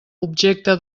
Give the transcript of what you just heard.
objecte